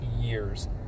years